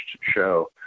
show